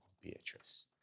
Beatrice